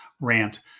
rant